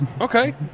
okay